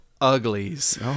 uglies